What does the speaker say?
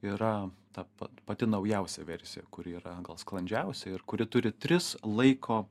yra ta pa pati naujausia versija kuri yra gal sklandžiausiai ir kuri turi tris laiko